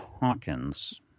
Hawkins